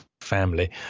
family